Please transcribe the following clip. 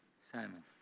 Simon